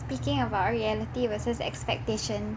speaking of our reality versus expectations